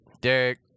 derek